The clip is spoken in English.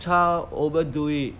child overdo it